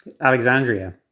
alexandria